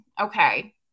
Okay